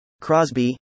Crosby